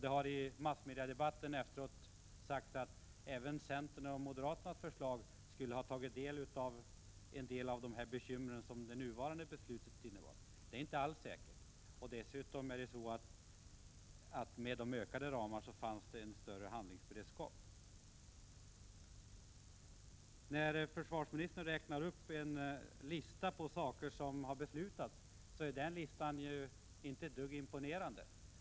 I massmediedebatten efter beslutet har anförts att även centerns och moderaternas förslag skulle ha medfört en del av de bekymmer som det föreliggande beslutet innebär. Det är inte alls säkert, och dessutom skulle de ökade ramar som vårt förslag innebär ha medfört en större handlingsberedskap. Försvarsministern läste upp en lista på saker som har beslutats, men den är inte ett dugg imponerande.